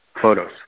photos